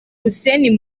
hussein